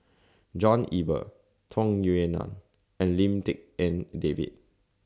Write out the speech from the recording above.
John Eber Tung Yue Nang and Lim Tik En David